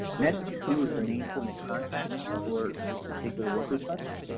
next who is the main point of contact for this particular work request.